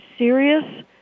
serious